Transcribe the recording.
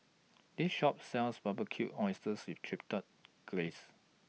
This Shop sells Barbecued Oysters with Chipotle Glaze